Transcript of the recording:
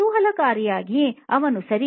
ಕುತೂಹಲಕಾರಿಯಾಗಿ ಅವನು 'ಸರಿ